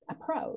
approach